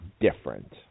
different